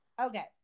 Okay